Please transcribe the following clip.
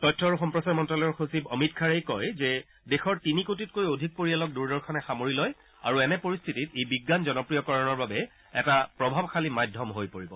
তথ্য আৰু সম্প্ৰচাৰ মন্তালয়ৰ সচিব অমিত খাৰেই কয় যে দেশৰ তিনি কোটিতকৈও অধিক পৰিয়ালক দূৰদৰ্শনে সামৰি লয় আৰু এনে পৰিশ্বিতিত ই বিজ্ঞান জনপ্ৰিয়কৰণৰ বাবে এটা প্ৰভাৱশালী মাধ্যম হৈ পৰিব